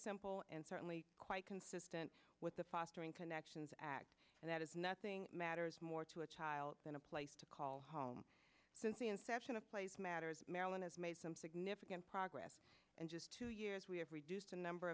simple and certainly quite consistent with the fostering connections act and that is nothing matters more to a child than a place to call home since the inception of place matters marilyn has made some significant progress in just two years we have reduced the number